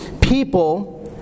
people